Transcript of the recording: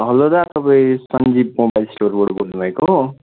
hello दा तपाईँ Sandip mobile स्टोरबाट बोल्नुभएको हो